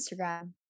Instagram